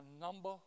number